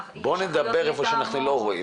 בואו נדבר על המקומות שם אנחנו לא רואים את זה.